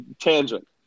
tangent